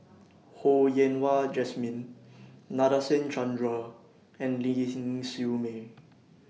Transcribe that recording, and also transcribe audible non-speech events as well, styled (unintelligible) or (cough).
Ho Yen Wah Jesmine Nadasen Chandra and (unintelligible) Siew May